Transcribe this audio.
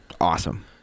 Awesome